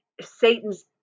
Satan's